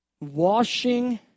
Washing